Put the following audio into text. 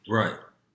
right